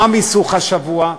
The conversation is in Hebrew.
מה המיסוך השבוע?